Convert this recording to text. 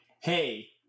hey